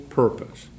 purpose